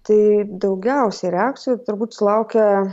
taip daugiausiai reakcijų turbūt laukia